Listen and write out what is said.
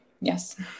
Yes